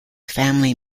family